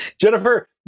Jennifer